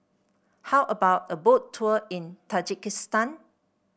how about a Boat Tour in Tajikistan